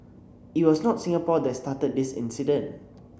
it was not Singapore that started this incident